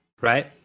right